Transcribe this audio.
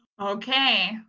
Okay